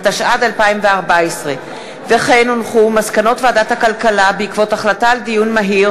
התשע"ד 2014. מסקנות ועדת הכלכלה בעקבות דיון מהיר